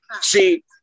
See